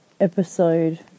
episode